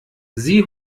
sie